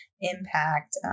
impact